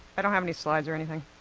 i don't have any slides or anything.